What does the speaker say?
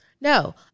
no